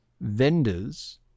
vendors